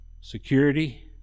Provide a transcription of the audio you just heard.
Security